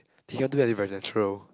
they cannot do it very natural